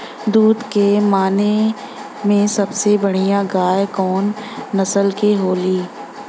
दुध के माने मे सबसे बढ़ियां गाय कवने नस्ल के होली?